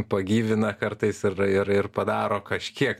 pagyvina kartais ir ir padaro kažkiek